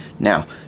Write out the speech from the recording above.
Now